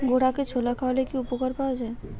ঘোড়াকে ছোলা খাওয়ালে কি উপকার পাওয়া যায়?